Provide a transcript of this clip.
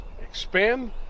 expand